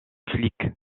flic